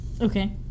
Okay